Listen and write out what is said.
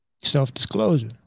self-disclosure